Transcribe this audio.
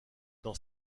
dans